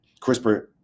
CRISPR